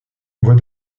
voit